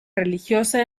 religiosa